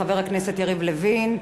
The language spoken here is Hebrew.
חבר הכנסת יריב לוין,